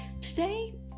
Today